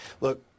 Look